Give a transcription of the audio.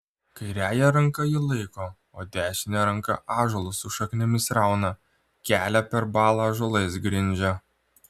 kairiąja ranka jį laiko o dešine ranka ąžuolus su šaknimis rauna kelią per balą ąžuolais grindžia